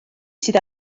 sydd